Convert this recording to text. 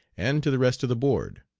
and to the rest of the board.